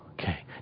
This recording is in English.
Okay